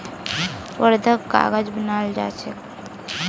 वर्धात कागज बनाल जा छे